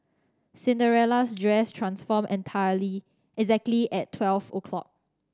Cinderella's dress transformed entirely exactly at twelve o'clock